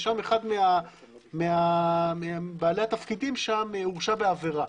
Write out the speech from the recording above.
ושם אחד מבעלי התפקידים שם הורשע בעבירה,